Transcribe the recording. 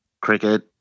cricket